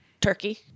turkey